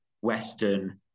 Western